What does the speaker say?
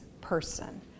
person